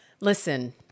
Listen